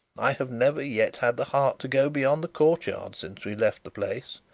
i have never yet had the heart to go beyond the court-yard since we left the place.